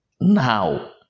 now